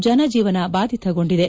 ಜನ ಜೀವನ ಬಾಧಿತಗೊಂಡಿದೆ